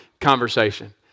conversation